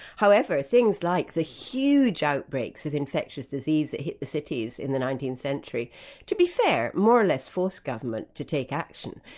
however, things like the huge outbreaks of infectious disease that hit the cities in the nineteenth century, to be fair, more or less forced government to take action,